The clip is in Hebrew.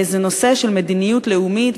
זה נושא של מדיניות לאומית,